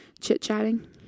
chit-chatting